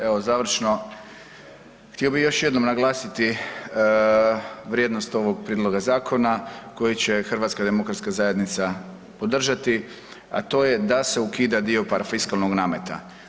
Evo završno, htio bih još jednom naglasiti vrijednost ovog prijedloga zakona koji će HDZ podržati, a to je da se ukida dio parafiskalnog nameta.